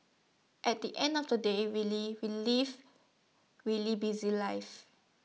at the end of the day really we live really busy lives